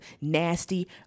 nasty